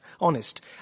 honest